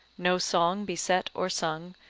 no song be set or sung,